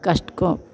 कष्ट को